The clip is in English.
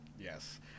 Yes